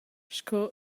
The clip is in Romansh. sco